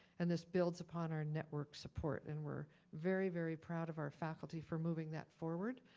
and this builds upon our network support and we're very very proud of our faculty for moving that forward